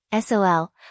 SOL